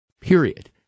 period